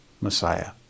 Messiah